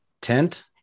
tent